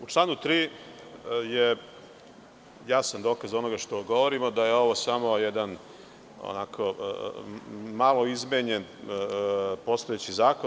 U članu 3. je jasan dokaz onoga što govorimo da je ovo samo jedan malo izmenjen postojeći zakon.